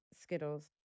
Skittles